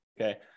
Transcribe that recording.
okay